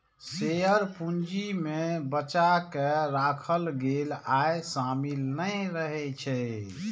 share पूंजी मे बचा कें राखल गेल आय शामिल नहि रहै छै